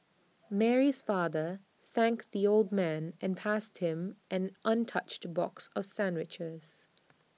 Mary's father thanked the old man and passed him an untouched box of sandwiches